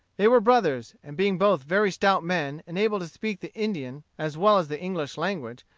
they were brothers, and being both very stout men, and able to speak the indian as well as the english language,